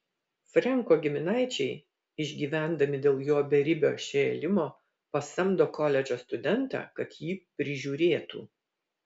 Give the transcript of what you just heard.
frenko giminaičiai išgyvendami dėl jo beribio šėlimo pasamdo koledžo studentą kad jį prižiūrėtų